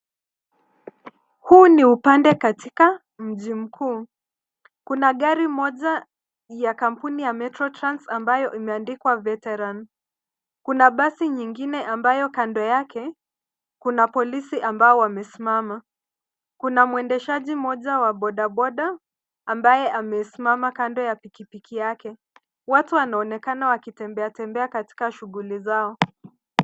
Huu ni upande katika mji mkuu. Kuna gari moja ya kampuni ya Metro Trans ambayo imeandikwa Veteran . Kuna basi nyingine ambayo kando yake, kuna polisi ambao wamesimama. Kuna mwendeshaji moja wa bodaboda ambaye amesimama kando ya pikipiki yake. Watu wanaonekana wakitembeatembea katika shughuli zao.